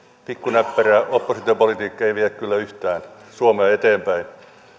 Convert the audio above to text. pikkunäppärä oppositiopolitiikka ei kyllä vie yhtään suomea eteenpäin